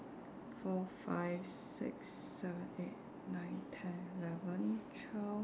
four five six seven eight nine ten eleven twelve